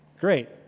Great